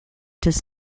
does